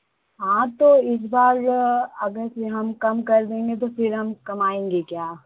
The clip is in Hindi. हाँ तो इस बार अगर से हम कम कर देंगे तो फिर हम कमाएँगे क्या